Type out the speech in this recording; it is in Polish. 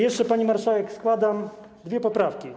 Jeszcze, pani marszałek składam dwie poprawki.